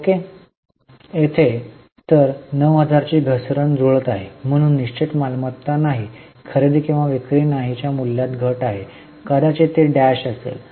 तर येथे 9000 ची घसरण जुळत आहे म्हणून निश्चित मालमत्ता नाही खरेदी किंवा विक्री नाहीच्या मूल्यात घट आहे कदाचित ती डॅश असेल